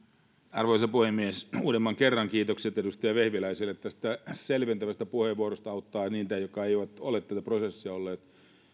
arvoisa puhemies uudemman kerran kiitokset edustaja vehviläiselle tästä selventävästä puheenvuorosta se auttaa niitä jotka eivät ole tätä prosessia olleet